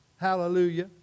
hallelujah